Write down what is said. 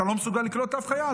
אתה לא מסוגל לקלוט אף חייל.